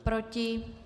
Proti?